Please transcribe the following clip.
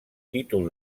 títol